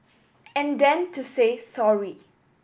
and then to say sorry